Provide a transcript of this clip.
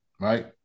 Right